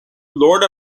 lord